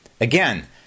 again—